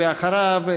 ואחריו,